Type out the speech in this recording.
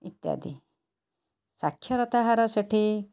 ଇତ୍ୟାଦି ସାକ୍ଷରତା ହାର ସେଠି